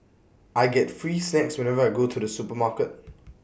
I get free snacks whenever I go to the supermarket